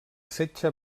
setge